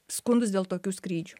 skundus dėl tokių skrydžių